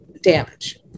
damage